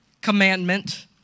commandment